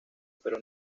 pero